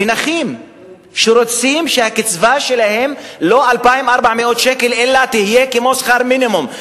ונכים שרוצים שהקצבה שלהם לא תהיה 2,400 שקל אלא תהיה כמו שכר מינימום,